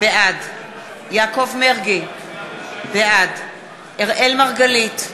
בעד יעקב מרגי, בעד אראל מרגלית,